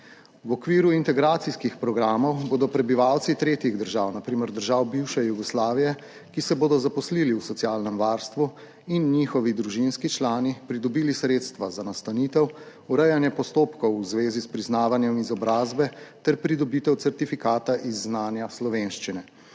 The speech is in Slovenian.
V okviru integracijskih programov bodo prebivalci tretjih držav, na primer držav bivše Jugoslavije, ki se bodo zaposlili v socialnem varstvu, in njihovi družinski člani pridobili sredstva za nastanitev, urejanje postopkov v zvezi s priznavanjem izobrazbe ter pridobitev certifikata iz znanja slovenščine.